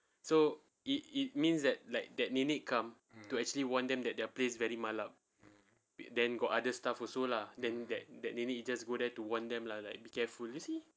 so it it means that like that nenek come to actually warn them that that place very malap then got other stuff also lah then that that nenek just go there to warn them lah like be careful you see